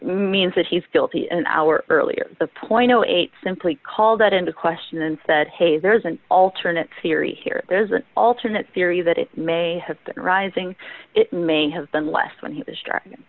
means that he's guilty an hour earlier the point eight simply called into question and said hey there's an alternate theory here there's an alternate theory that it may have been rising it may have been less when he